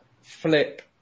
flip